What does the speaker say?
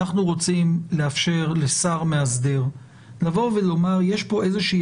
אנחנו רוצים לאפשר לשר מאסדר לבוא ולומר שיש כאן איזושהי